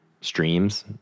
streams